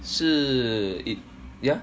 是 it yeah